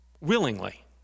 willingly